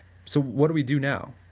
so what do we do now?